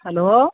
hello